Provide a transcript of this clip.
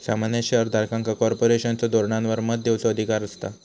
सामान्य शेयर धारकांका कॉर्पोरेशनच्या धोरणांवर मत देवचो अधिकार असता